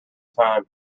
time